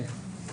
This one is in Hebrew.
כן.